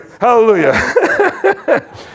Hallelujah